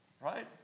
right